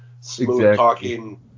smooth-talking